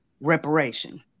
reparation